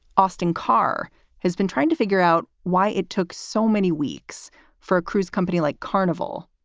austin carr has been trying to figure out why it took so many weeks for a cruise company like carnival,